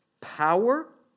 power